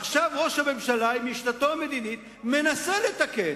ועכשיו ראש הממשלה עם משנתו המדינית מנסה לתקן.